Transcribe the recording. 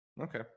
okay